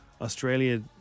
Australia